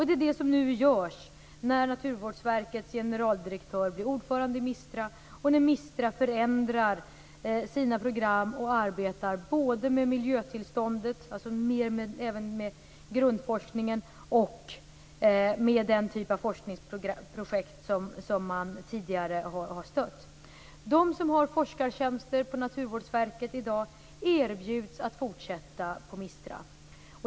Det är vad som nu görs när Naturvårdsverkets generaldirektör blir ordförande i MISTRA och när MISTRA förändrar sina program och arbetar både med miljötillståndet, dvs. även med grundforskningen, och med den typ av forskningsprojekt som man tidigare har stött. De som har forskartjänster på Naturvårdsverket i dag erbjuds att fortsätta på MISTRA.